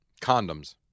Condoms